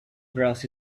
grass